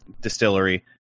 distillery